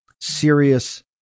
serious